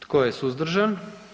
Tko je suzdržan?